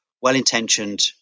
well-intentioned